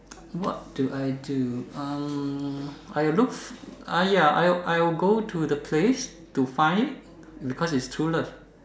what do I do um I will look ah ya I I will go to the place to find because it's true love